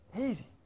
Easy